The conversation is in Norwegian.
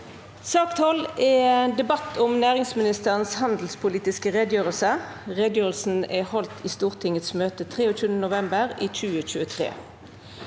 12 Debatt om næringsministerens handelspolitiske redegjørelse (Redegjørelsen holdt i Stortingets møte 23. november 2023)